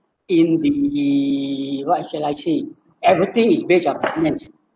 in the what should I say everything is based on opinion